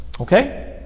Okay